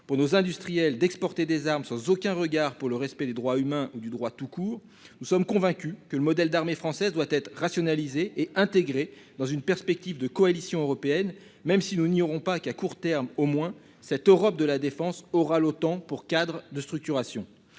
pour nos industriels d'exporter des armes sans aucun regard pour le respect des droits humains ou du droit tout court. Nous sommes convaincus que le modèle d'armée française doit être rationalisée et intégré dans une perspective de coalition européenne, même si nous n'ignorons pas qu'à court terme au moins cette Europe de la défense aura autant pour cadres de structuration.